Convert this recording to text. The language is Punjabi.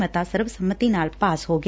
ਮਤਾ ਸਰਬ ਸੰਮਤੀ ਨਾਲ ਪਾਸ ਹੋ ਗਿਆ